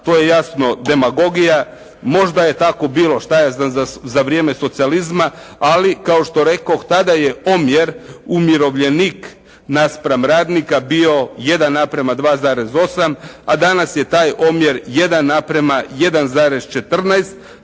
to je jasno demagogija. Možda je tako bilo, šta ja znam, za vrijeme socijalizma ali kao što rekoh tada je omjer umirovljenik naspram radnika bio 1:2,8 a danas je taj omjer 1:1,14.